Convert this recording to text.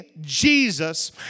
Jesus